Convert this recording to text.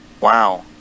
Wow